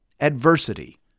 Adversity